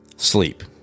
Sleep